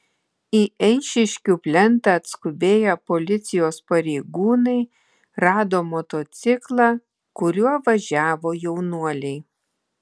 į eišiškių plentą atskubėję policijos pareigūnai rado motociklą kuriuo važiavo jaunuoliai